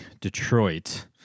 Detroit